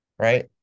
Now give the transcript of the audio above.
Right